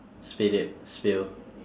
spit it spill